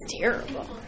terrible